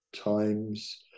times